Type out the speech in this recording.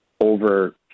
over